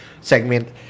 segment